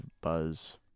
buzz